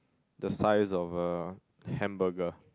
the size of a hamburger